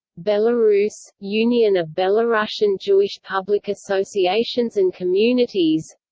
belarus union of belarusian jewish public associations and communities